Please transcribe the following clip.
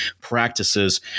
practices